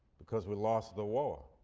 because we lost the war.